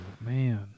man